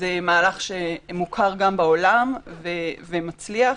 זה מהלך שמוכר גם בעולם ומצליח,